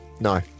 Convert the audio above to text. No